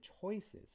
choices